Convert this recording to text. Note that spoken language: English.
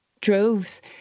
droves